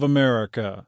America